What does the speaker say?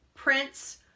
prince